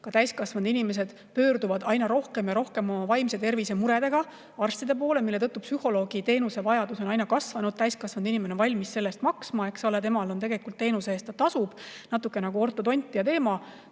ka täiskasvanud inimesed pöörduvad aina rohkem ja rohkem oma vaimse tervise muredega arsti poole, mille tõttu vajadus psühholoogiteenuse järele on aina kasvanud. Täiskasvanud inimene on valmis selle eest maksma, eks ole, tema tegelikult teenuse eest tasub. See on natuke nagu ortodontia teema: